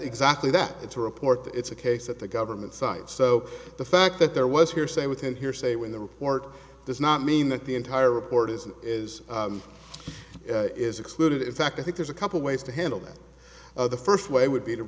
exactly that it's a report that it's a case that the government site so the fact that there was hearsay within hearsay when the report does not mean that the entire report is is is excluded in fact i think there's a couple ways to handle that the first way would be t